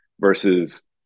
versus